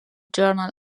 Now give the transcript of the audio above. journal